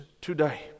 today